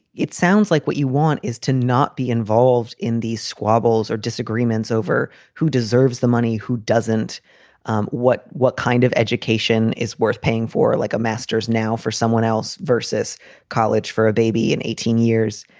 it sounds like what you want is to not be involved in these squabbles or disagreements over who deserves the money, who doesn't um what what kind of education is worth paying for, like a masters now for someone else versus college for a baby in eighteen years.